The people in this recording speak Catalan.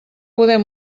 poder